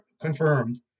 confirmed